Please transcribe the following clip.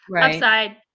Upside